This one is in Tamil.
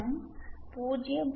எம் 0